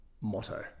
motto